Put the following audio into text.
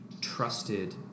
trusted